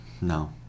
no